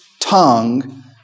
Tongue